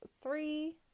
three